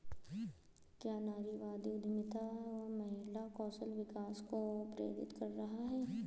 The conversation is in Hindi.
क्या नारीवादी उद्यमिता महिला कौशल विकास को प्रेरित कर रहा है?